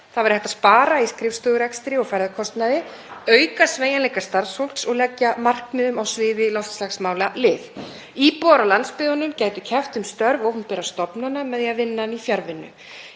það væri hægt að spara í skrifstofurekstri og ferðakostnaði, auka sveigjanleika starfsfólks og leggja markmiðum á sviði loftslagsmála lið. Íbúar á landsbyggðunum gætu keppt um störf opinberra stofnana með því að vinna í fjarvinnu.